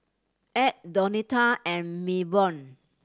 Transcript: Edd Donita and Milburn